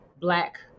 Black